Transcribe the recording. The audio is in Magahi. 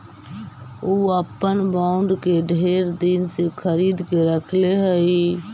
ऊ अपन बॉन्ड के ढेर दिन से खरीद के रखले हई